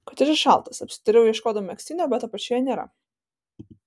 kotedžas šaltas apsidairau ieškodama megztinio bet apačioje nėra